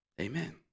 Amen